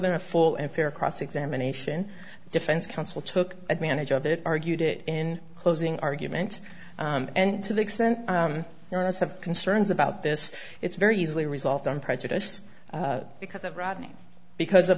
than a full and fair cross examination defense counsel took advantage of it argued it in closing argument and to the extent there is have concerns about this it's very easily resolved on prejudice because of rodney because of